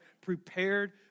prepared